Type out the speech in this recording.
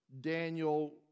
Daniel